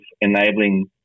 enabling